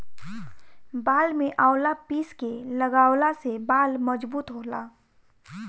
बाल में आवंला पीस के लगवला से बाल मजबूत होला